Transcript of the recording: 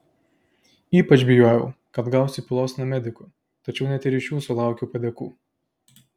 ypač bijojau kad gausiu pylos nuo medikų tačiau net ir iš jų sulaukiau padėkų